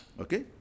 Okay